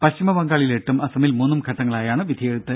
പശ്ചിമ ബംഗാളിൽ എട്ടും അസമിൽ മൂന്നും ഘട്ടങ്ങളായാണ് വിധിയെഴുത്ത്